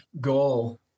goal